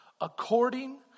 According